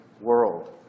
world